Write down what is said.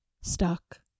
stuck